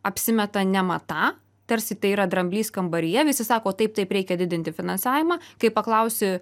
apsimeta nematą tarsi tai yra dramblys kambaryje visi sako taip taip reikia didinti finansavimą kai paklausi